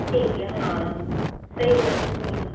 ਠੀਕ ਹ ਹਾਂ ਸਹੀ